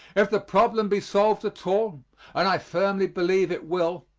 if the problem be solved at all and i firmly believe it will,